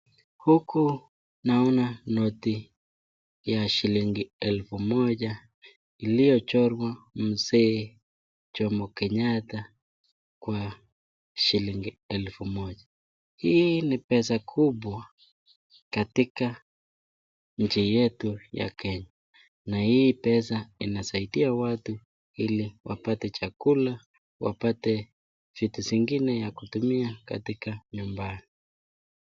Huku naona noti ya shillingi elfu moja ,iliyo chorwa mzee Jomo Kenyatta kwa shilingi elfu moja. Hii ni pesa kubwa katika nchi yetu ya kenya ,na hii pesa inasaidia watu ili wapate chakula ,wapate vitu zingine ya kutumia katika nyumbani.